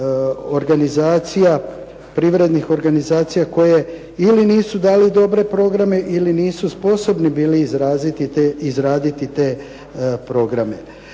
organizacija, privrednih organizacija koje ili nisu dali dobre programe, ili nisu sposobni bili izraditi te programe.